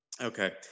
Okay